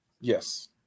Yes